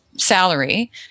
salary